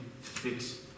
fix